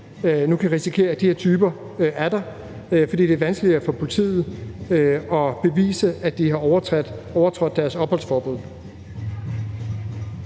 nu kan risikere, at de her typer er der, fordi det vanskeligere for politiet at bevise, at de har overtrådt deres opholdsforbud.